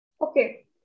Okay